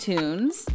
Tunes